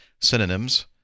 synonyms